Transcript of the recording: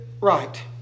right